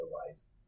otherwise